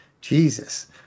Jesus